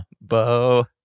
Bo